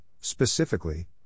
specifically